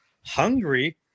hungry